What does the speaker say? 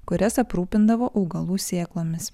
kurias aprūpindavo augalų sėklomis